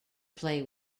play